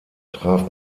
traf